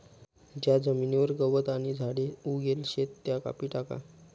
ज्या जमीनवर गवत आणि झाडे उगेल शेत त्या कापी टाका